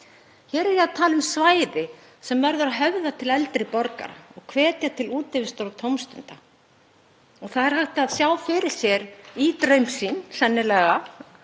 Hér er ég að tala um svæði sem verður að höfða til eldri borgara og hvetja til útivistar og tómstunda. Það er hægt að sjá fyrir sér, í draumsýn sennilega